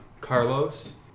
Carlos